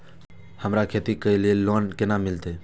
हमरा खेती करे के लिए लोन केना मिलते?